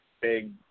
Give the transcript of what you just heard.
big